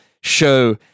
show